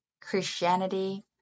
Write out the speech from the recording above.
Christianity